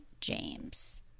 James